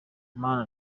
mana